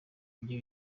nabyo